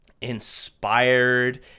inspired